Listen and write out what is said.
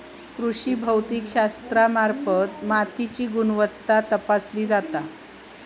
कृषी भौतिकशास्त्रामार्फत मातीची गुणवत्ता तपासली जाता